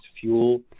fuel